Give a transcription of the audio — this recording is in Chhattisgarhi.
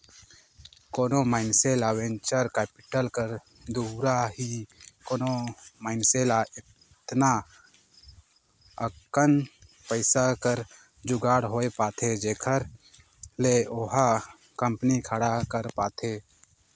कोनो मइनसे ल वेंचर कैपिटल कर दुवारा ही कोनो मइनसे ल एतना अकन पइसा कर जुगाड़ होए पाथे जेखर ले ओहा कंपनी खड़ा कर पाथे